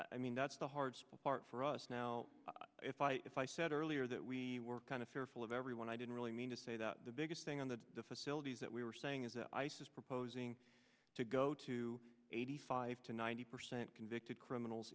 i mean that's the hard part for us now if i if i said earlier that we were kind of fearful of everyone i didn't really mean to say that the biggest thing on the facilities that we were saying is the ice is proposing to go to eighty five to ninety percent convicted criminals